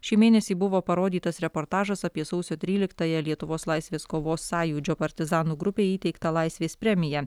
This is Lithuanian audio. šį mėnesį buvo parodytas reportažas apie sausio tryliktąją lietuvos laisvės kovos sąjūdžio partizanų grupei įteikta laisvės premija